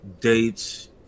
dates